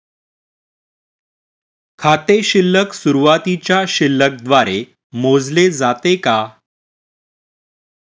खाते शिल्लक सुरुवातीच्या शिल्लक द्वारे मोजले जाते का?